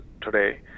today